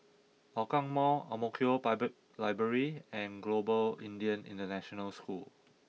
Hougang Mall Ang Mo Kio Public Library and Global Indian International School